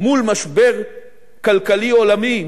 מול משבר כלכלי עולמי,